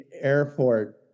airport